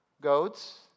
goats